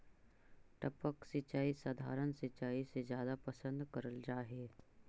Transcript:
टपक सिंचाई सधारण सिंचाई से जादा पसंद करल जा हे